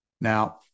Now